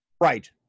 Right